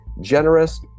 generous